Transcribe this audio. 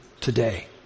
today